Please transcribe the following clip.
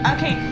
Okay